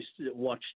watch